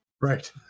Right